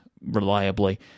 reliably